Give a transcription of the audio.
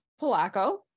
polacco